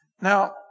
Now